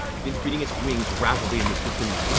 begins beating its wings rapidly in this vicinity.